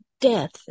Death